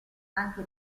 anche